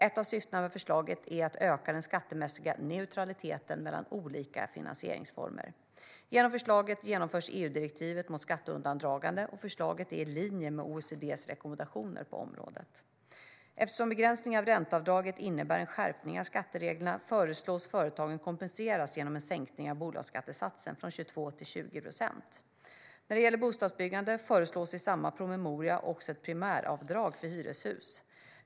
Ett av syftena med förslaget är att öka den skattemässiga neutraliteten mellan olika finansieringsformer. Genom förslaget genomförs EU-direktivet mot skatteundandragande, och förslaget är i linje med OECD:s rekommendationer på området. Eftersom begränsningen av ränteavdragen innebär en skärpning av skattereglerna föreslås företagen kompenseras genom en sänkning av bolagsskattesatsen från 22 till 20 procent. När det gäller bostadsbyggande föreslås i samma promemoria också ett primäravdrag för hyreshus.